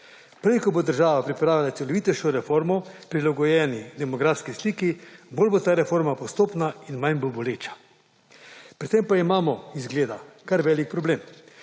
Prej ko bo država pripravljena na celovitejšo prilagojeni demografski sliki, bolj bo ta reforma postopna in manj bo boleča. Predvsem pa imamo izgleda kar velik problem,